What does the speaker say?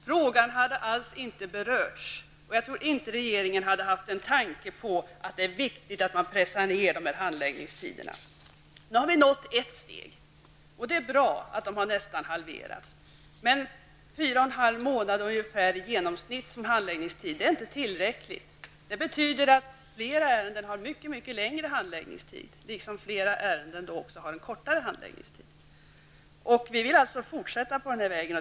Frågan skulle alltså inte ha berörts. Jag tror inte att regeringen skulle ha haft en tanke på att det är viktigt pressa ned handläggningstiderna. Vi har således tagit ett steg. Det är bra att handläggningstiderna nästan har halverats. Men en handläggningstid som i genomsnitt är fyra och en halv månad är inte tillräckligt. Det betyder ju att handläggningstiden för flera ärenden är mycket längre. Men handläggningstiden för flera ärenden är också kortare. Vi vill fortsätta på den inslagna vägen.